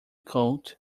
coat